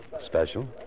Special